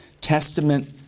Testament